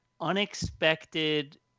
unexpected